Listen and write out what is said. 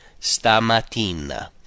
stamattina